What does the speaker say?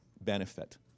benefit